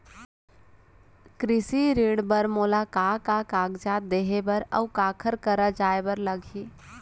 कृषि ऋण बर मोला का का कागजात देहे बर, अऊ काखर करा जाए बर लागही?